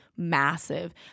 Massive